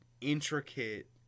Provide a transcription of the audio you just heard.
intricate